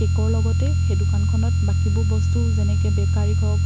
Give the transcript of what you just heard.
কে'কৰ লগতে সেই দোকানখনত বাকীবোৰ বস্তু যেনেকৈ বেকাৰী হওক